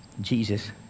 Jesus